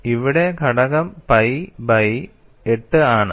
ഇവിടെ ഘടകം pi by 8 ആണ്